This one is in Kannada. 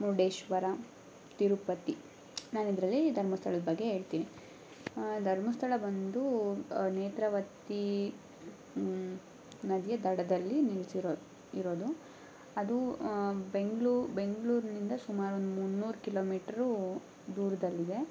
ಮುರುಡೇಶ್ವರ ತಿರುಪತಿ ನಾನು ಇದರಲ್ಲಿ ಧರ್ಮಸ್ಥಳದ ಬಗ್ಗೆ ಹೇಳ್ತಿನಿ ಧರ್ಮಸ್ಥಳ ಬಂದು ನೇತ್ರಾವತಿ ನದಿಯ ದಡದಲ್ಲಿ ನಿಂತಿರೋದು ಇರೋದು ಅದು ಬೆಂಗ್ಳು ಬೆಂಗಳೂರಿನಿಂದ ಸುಮಾರು ಒಂದು ಮುನ್ನೂರು ಕಿಲೋಮೀಟ್ರು ದೂರದಲ್ಲಿದೆ